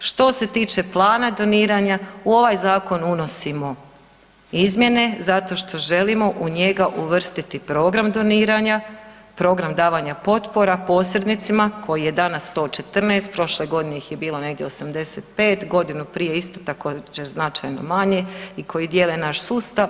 Što se tiče plana doniranja, u ovaj zakon unosimo izmjene zato što želimo u njega uvrstiti program doniranja, program davanja potpora posrednicima koji je danas 114, prošle godine ih je bilo negdje 85, godinu isto također značajno manje i koji dijele naš sustav.